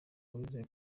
wize